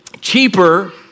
cheaper